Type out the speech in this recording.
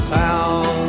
town